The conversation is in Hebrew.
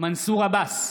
מנסור עבאס,